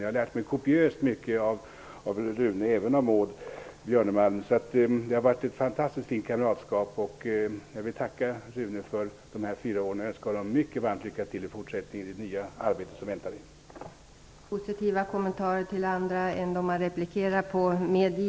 Jag har lärt mig kopiöst mycket av Rune Backlund, och även av Maud Björnemalm. Det har varit ett fantastiskt fint kamratskap. Jag vill tacka Rune Backlund för de här fyra åren och önska honom ett mycket varmt lycka till i fortsättningen med det nya arbete som väntar honom.